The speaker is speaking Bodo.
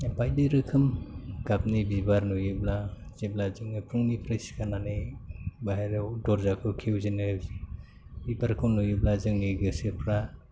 बायदि रोखोम गाबनि बिबार नुयोब्ला जेब्ला जोङो फुंनिफ्राय सिखारनानै बाहेरायाव दरजाखौ खेवजेननायाव बिबारखौ नुयोब्ला जोंनि गोसोफोरा